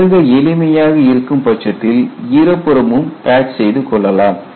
அணுக எளிமையாக இருக்கும் பட்சத்தில் இருபுறமும் பேட்ச் செய்து கொள்ளலாம்